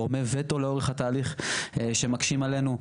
גורמי וטו לאורך התהליך שמקשים עלינו,